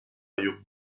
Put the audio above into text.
llum